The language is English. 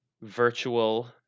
virtual